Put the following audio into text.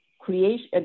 creation